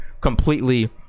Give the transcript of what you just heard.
completely